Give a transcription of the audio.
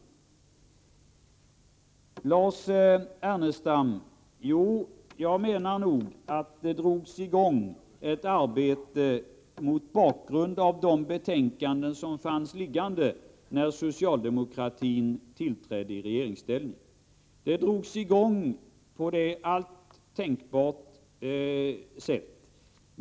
Jo, Lars Ernestam, jag menar nog att det drogs i gång ett arbete mot bakgrund av de betänkanden som fanns liggande, när socialdemokratin tillträdde i regeringsställning. Det drogs i gång på alla tänkbara sätt.